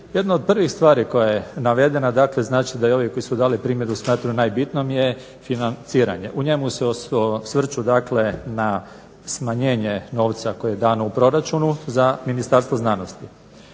jedna od prvih stvari koja je navedena dakle znači da i ovi koji su dali primjer je smatraju najbitnijom je financiranje. U njemu se osvrću dakle na smanjenje novca koji je dan u proračunu za Ministarstvo znanosti.